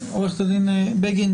עורכת הדין בגין,